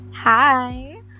Hi